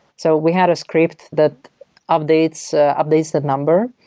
so we had a script that updates ah updates the number.